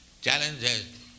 challenges